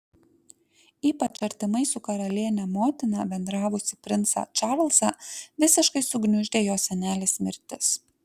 ypač artimai su karaliene motina bendravusį princą čarlzą visiškai sugniuždė jo senelės mirtis